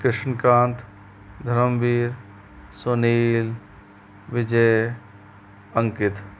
Krishnakant Dharamvir Sunil Vijay Ankit